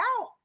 out